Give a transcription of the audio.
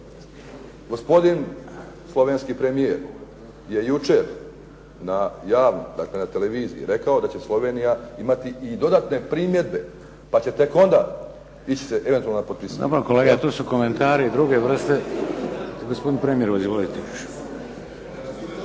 Gospodin slovenski premijer je jučer javno dakle na televiziji rekao da će Slovenija imati i dodatne primjedbe, pa će tek onda ići eventualno na potpisivanje. **Šeks, Vladimir (HDZ)** Dobro kolega, to su komentari druge vrste. Gospodine premijeru, izvolite.